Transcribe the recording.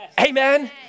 Amen